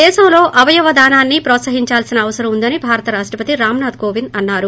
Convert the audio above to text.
దేశంలో అవయవ దానాన్ని ప్రోత్సహించాల్సిన అవసరం ఉందని భారత రాష్రపతి రామ్ నాథ్ కోవింద్ అన్నారు